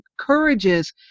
encourages